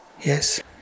Yes